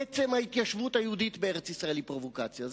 עצם ההתיישבות היהודית בארץ-ישראל היא פרובוקציה,